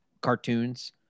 cartoons